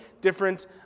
different